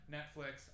Netflix